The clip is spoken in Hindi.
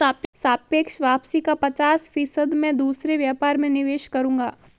सापेक्ष वापसी का पचास फीसद मैं दूसरे व्यापार में निवेश करूंगा